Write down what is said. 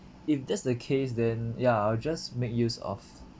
if that's the case then ya I'll just make use of